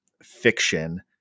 fiction